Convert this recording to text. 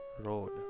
road